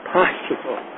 possible